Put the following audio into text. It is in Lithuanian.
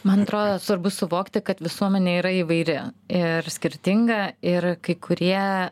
man atrodo svarbu suvokti kad visuomenė yra įvairi ir skirtinga ir kai kurie